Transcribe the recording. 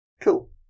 cool